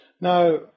Now